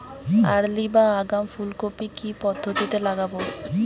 Early বা আগাম ফুল কপি কি পদ্ধতিতে লাগাবো?